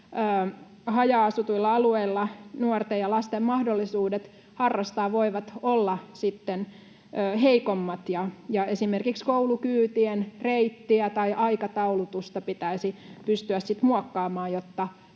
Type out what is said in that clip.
haja-asutuilla alueilla nuorten ja lasten mahdollisuudet harrastaa voivat olla heikommat, ja esimerkiksi koulukyytien reittiä tai aikataulutusta pitäisi pystyä muokkaamaan,